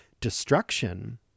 destruction